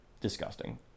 Disgusting